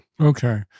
Okay